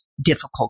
difficult